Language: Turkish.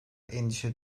endişe